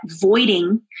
voiding